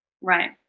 Right